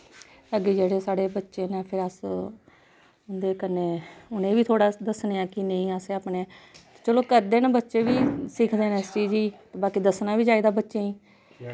अग्गे जेह्ड़े साढ़े बच्चे नै फिर अस उंद कन्ने उनेंगी बी थोह्ड़ा दस्सने आं की नेईं असैं अपने चलो करदे न बच्चे बी सिक्खदे न इस चीज गी बाकि दस्सना बी चाहिदा बच्चेंई